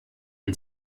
and